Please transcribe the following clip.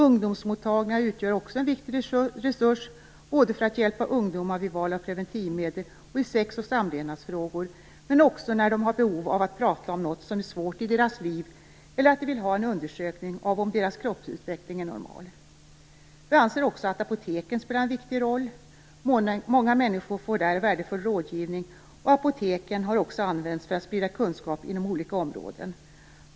Ungdomsmottagningarna utgör också en viktig resurs för att hjälpa ungdomar vid val av preventivmedel och i sexoch samlevnadsfrågor men också när ungdomar har behov av att prata om något som är svårt i deras liv eller om de vill ha en undersökning av om deras kroppsutveckling är normal. Vi anser också att apoteken spelar en viktig roll. Många människor får där värdefull rådgivning, och apoteken har också använts för att sprida kunskap inom olika områden.